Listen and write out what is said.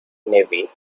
navy